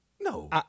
No